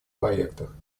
проектах